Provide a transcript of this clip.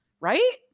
right